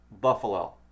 Buffalo